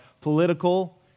political